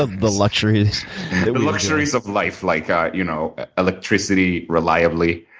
ah the luxuries. the luxuries of life, like ah you know electricity reliably,